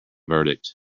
verdict